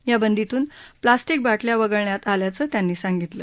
या बंदीतून प्लास्टिक बाटल्या वगळण्यात आल्याचं त्यांनी सांगितलं